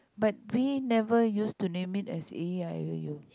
but we never use to named it as A E I O U